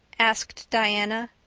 asked diana.